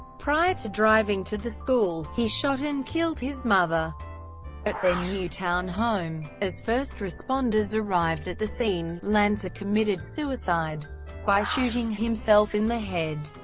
prior to driving to the school, he shot and killed his mother at their newtown home. as first responders arrived at the scene, lanza committed suicide by shooting himself in the head.